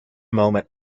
moment